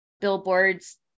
billboards